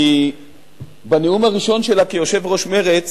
כי בנאום הראשון שלה כיושב-ראש מרצ